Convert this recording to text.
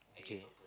okay